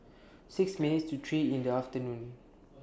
six minutes to three in The afternoon